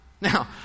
Now